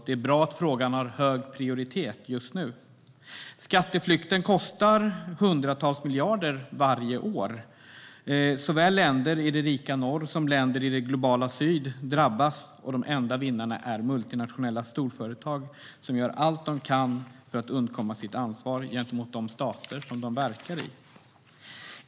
Det är bra att frågan har hög prioritet just nu. Skatteflykten kostar hundratals miljarder varje år. Såväl länder i det rika nord som länder i det globala syd drabbas, och de enda vinnarna är multinationella storföretag som gör allt de kan för att undkomma sitt ansvar gentemot de stater de verkar i.